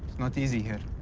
not easy here.